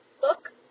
book